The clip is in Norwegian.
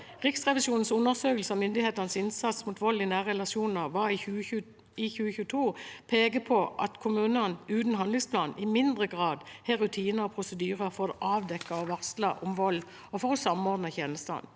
Riksrevisjonens undersøkelse av myndighetenes innsats mot vold i nære relasjoner fra 2022 peker på at kommuner uten handlingsplan i mindre grad har rutiner og prosedyrer for å avdekke og varsle om vold og for å samordne tjenestene.